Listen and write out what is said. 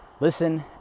listen